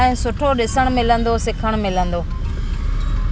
ऐं सुठो ॾिसण मिलंदो सिखण मिलंदो